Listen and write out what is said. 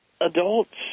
adults